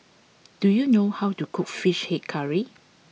do you know how to cook Fish Head Curry